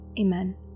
Amen